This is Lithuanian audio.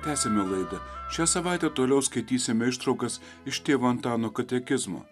tęsiame laidą šią savaitę toliau skaitysime ištraukas iš tėvo antano katekizmo